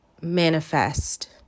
manifest